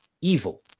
evil